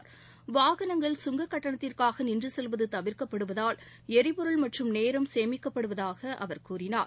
இரவு நேரங்களில் வாகனங்கள் சங்கக் கட்டணத்திற்காக நின்று செல்வது தவிர்க்கப்படுவதால் எரிபொருள் மற்றும் நேரம் சேமிக்கப்படுவதாக அவர் கூறினார்